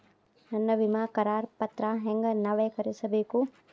ನನ್ನ ವಿಮಾ ಕರಾರ ಪತ್ರಾ ಹೆಂಗ್ ನವೇಕರಿಸಬೇಕು?